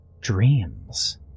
dreams